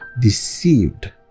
deceived